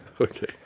Okay